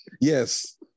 Yes